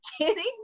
kidding